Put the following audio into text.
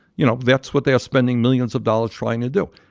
you know, that's what they are spending millions of dollars trying to do.